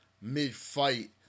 mid-fight